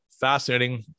fascinating